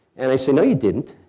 and i said, no you didn't.